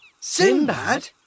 Sinbad